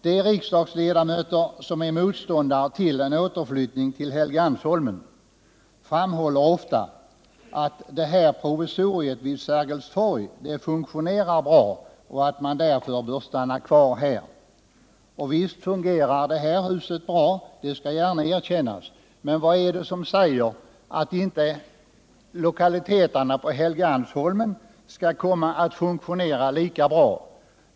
De riksdagsledamöter som är motståndare till en återflyttning till Helgeandsholmen framhåller ofta att provisoriet vid Sergels torg funktionerar bra och att man därför bör stanna kvar här. Och visst fungerar det här huset bra, det skall gärna erkännas. Men vad är det som säger att inte lokaliteterna på Helgeandsholmen skall komma att funktionera lika bra?